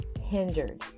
hindered